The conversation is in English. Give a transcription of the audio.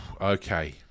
Okay